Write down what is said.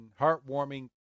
heartwarming